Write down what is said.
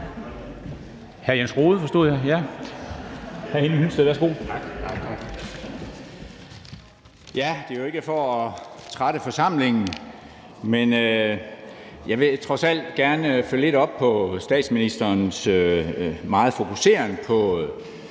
Tak. Det er ikke for at trætte forsamlingen, men jeg vil trods alt gerne følge lidt op på statsministerens megen fokuseren på